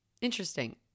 Interesting